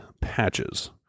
patches